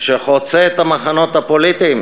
שחוצה את המחנות הפוליטיים,